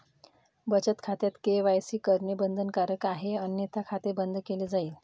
बचत खात्यात के.वाय.सी करणे बंधनकारक आहे अन्यथा खाते बंद केले जाईल